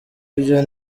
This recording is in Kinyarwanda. byo